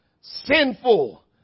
sinful